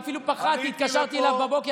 עליתי לפה,